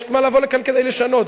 יש מה לבוא לכאן כדי לשנות.